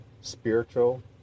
spiritual